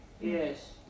Yes